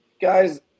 Guys